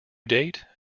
date